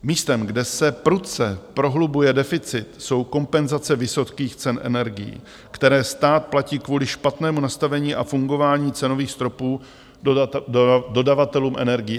Místem, kde se prudce prohlubuje deficit, jsou kompenzace vysokých cen energií, které stát platí kvůli špatnému nastavení a fungování cenových stropů dodavatelům energií.